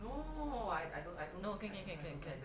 no can can can